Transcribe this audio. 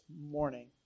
morning